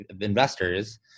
investors